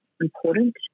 important